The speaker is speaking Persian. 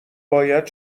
باید